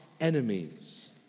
enemies